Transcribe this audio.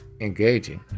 engaging